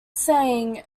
saying